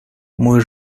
muy